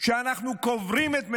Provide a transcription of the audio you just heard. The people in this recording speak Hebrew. שאנחנו קוברים את מתינו,